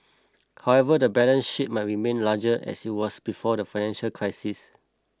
however the balance sheet might remain larger as it was before the financial crisis